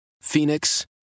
phoenix